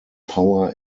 power